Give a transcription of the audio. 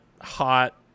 hot